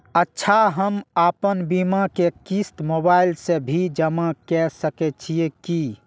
अच्छा हम आपन बीमा के क़िस्त मोबाइल से भी जमा के सकै छीयै की?